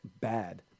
bad